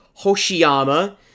Hoshiyama